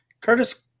Curtis